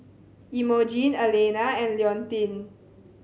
Emogene Elaina and Leontine